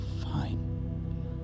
fine